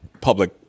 public